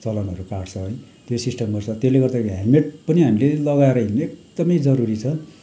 चलानहरू काट्छ है त्यो सिस्टमहरू छ त्यसले गर्दाखेरि हेल्मेट पनि हामीले लगाएर हिँड्नु एकदमै जरुरी छ